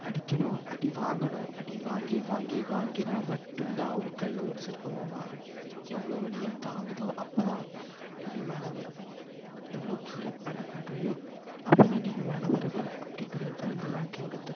அடிக்கணும் அடி வாங்கணும் அடி வாங்கி வாங்கி வாங்கினால் மட்டும் தான் ஒரு கல் ஒரு சிற்பமாக மாறும் எவ்வளோ வலியை தாங்குதோ அப்போது தான் நீயும் மேலே வருவ எவ்வளோ கீழே பண்ண பண்றியோ அப்போ தான் நீயும் மேலே வருவ அப்படிங்கிறது தான் இந்த வாழ்க்கையோடய தத்துவம்